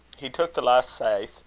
he took the last scythe.